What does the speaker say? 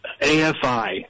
AFI